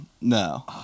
No